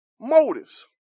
motives